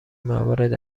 موارد